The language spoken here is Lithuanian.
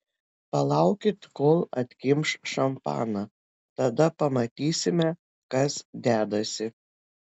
palaukit kol atkimš šampaną tada pamatysime kas dedasi